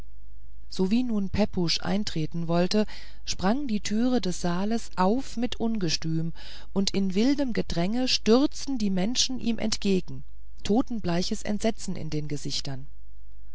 sowie nun pepusch eintreten wollte sprang die türe des saals auf mit ungestüm und in wildem gedränge stürzten die menschen ihm entgegen totenbleiches entsetzen in den gesichtern